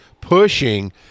pushing